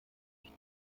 ich